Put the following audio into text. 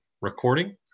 recording